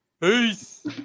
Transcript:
Peace